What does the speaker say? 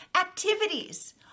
Activities